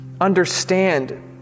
understand